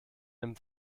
den